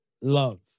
love